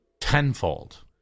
tenfold